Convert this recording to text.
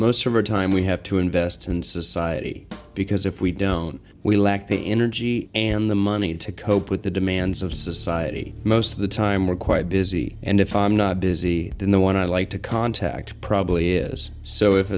most of us time we have to invest in society because if we don't we lack the energy and the money to cope with the demands of society most of the time we're quite busy and if i'm not busy than the one i like to contact probably is so if